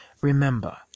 Remember